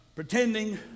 Pretending